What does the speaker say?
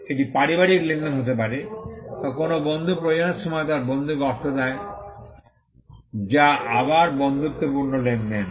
এটি পারিবারিক লেনদেন হতে পারে বা কোনও বন্ধু প্রয়োজনের সময় তার বন্ধুকে অর্থ দেয় যা আবার বন্ধুত্বপূর্ণ লেনদেন